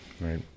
Right